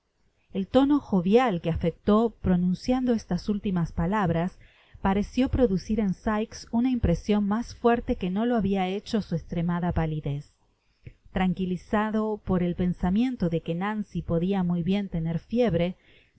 el tono jovial que afectó pronunciando estas últimas palabras pareció producir en sikes una impresion mas fuerte que no lo habia hecho su estremada palidez tranquilizado por el pensamiento de que nancy podia muy bien tcaer fiebre